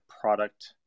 product